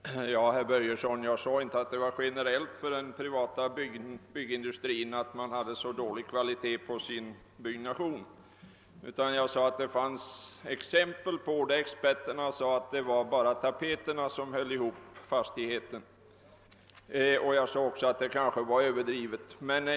Herr talman! Nej, herr Börjesson, jag sade inte att den privata byggindustrin generellt utförde ett så dåligt arbete. Jag sade att det fanns exempel i fråga om vilka experter sagt att det bara var tapeterna som höll ihop fastigheten. Men jag sade också att detta påstående kanske var överdrivet.